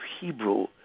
Hebrew